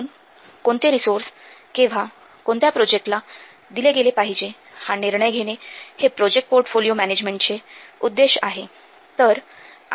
म्हणून कोणते रिसोर्स केव्हा कोणत्या प्रोजेक्टला दिले गेले पाहिजे हा निर्णय घेणे हे प्रोजेक्ट पोर्टफोलिओ मॅनॅजमेन्टचे उद्देश्य आहे